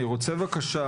אני רוצה בקשה,